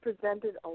presented